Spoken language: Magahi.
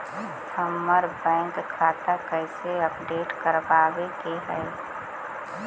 हमर बैंक खाता कैसे अपडेट करबाबे के है?